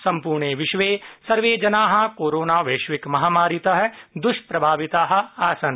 सम्पूर्णे विश्वे सर्वे जना कोरोना वैश्विक महामारीत दृष्प्रभाविता आसन्